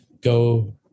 go